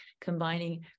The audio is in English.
combining